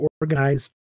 organized